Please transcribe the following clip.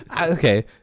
Okay